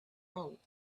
bulk